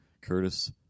Curtis